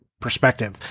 perspective